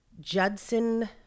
Judson